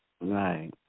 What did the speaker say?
Right